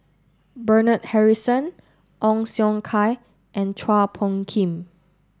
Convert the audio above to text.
Bernard Harrison Ong Siong Kai and Chua Phung Kim